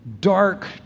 Dark